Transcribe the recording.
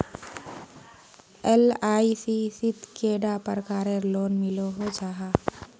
LIC शित कैडा प्रकारेर लोन मिलोहो जाहा?